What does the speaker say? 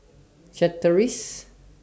Chateraise